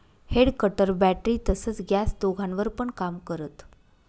head cutter battery तसच gas दोघांवर पण काम करत